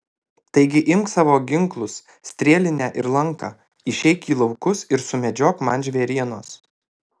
taigi imk savo ginklus strėlinę ir lanką išeik į laukus ir sumedžiok man žvėrienos